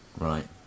Right